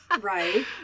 Right